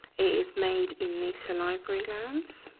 is made in the salivary glands,